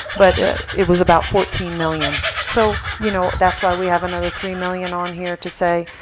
but it was about fourteen million. so you know that's why we have another three million on here to say,